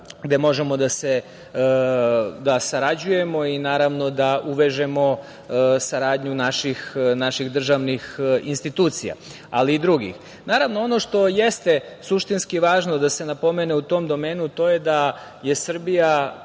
gde možemo da sarađujemo i naravno da uvežemo saradnju naših državnih institucija, ali i drugih. Naravno, ono što jeste suštinski važno da se napomene u tom domenu, to je da je Srbija